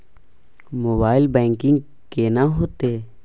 Mobile banking केना हेते?